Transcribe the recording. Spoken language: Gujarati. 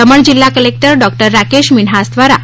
દમણ જિલ્લા કલેક્ટર ડોક્ટર રાકેશ મિન્હાસ દ્રારા